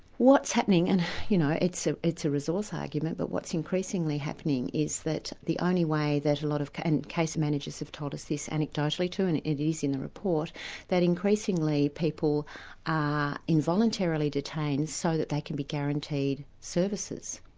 what's happening, and you know, it's ah it's a resource argument, but what's increasingly happening is that the only way that a lot of and case managers have told us this anecdotally too, and it is in the report that increasingly people are involuntarily detained so that they can be guaranteed services.